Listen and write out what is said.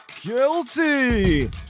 guilty